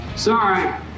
Sorry